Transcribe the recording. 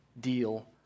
deal